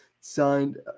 signed